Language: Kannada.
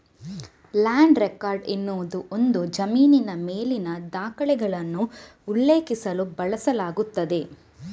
ಲ್ಯಾಂಡ್ ರೆಕಾರ್ಡ್ ಎನ್ನುವುದು ಒಂದು ಜಮೀನಿನ ಮೇಲಿನ ದಾಖಲೆಗಳನ್ನು ಉಲ್ಲೇಖಿಸಲು ಬಳಸಲಾಗುತ್ತದೆ